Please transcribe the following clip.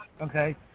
Okay